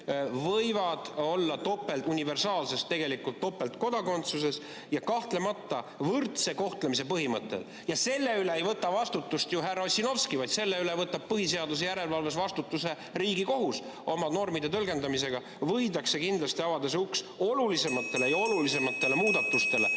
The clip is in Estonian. võivad olla topeltuniversaalses, tegelikult topeltkodakondsuses, ja kahtlemata võrdse kohtlemise põhimõttel. Ja selle eest ei võta vastutust härra Ossinovski, vaid selle eest võtab põhiseaduse järelevalves vastutuse Riigikohus. Oma normide tõlgendamisega võidakse kindlasti avada uks olulisematele muudatustele.